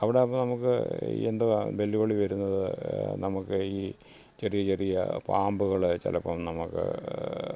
അവിടെ അപ്പം നമുക്ക് എന്തുവാ വെല്ലുവിളി വരുന്നത് നമുക്ക് ഈ ചെറിയ ചെറിയ പാമ്പുകൾ ചിലപ്പം നമുക്ക്